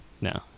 No